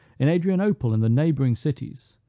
in adrianople and the neighboring cities,